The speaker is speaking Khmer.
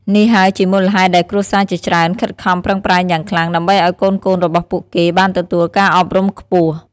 នេះហើយជាមូលហេតុដែលគ្រួសារជាច្រើនខិតខំប្រឹងប្រែងយ៉ាងខ្លាំង ដើម្បីឱ្យកូនៗរបស់ពួកគេបានទទួលការអប់រំខ្ពស់។